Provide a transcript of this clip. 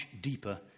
deeper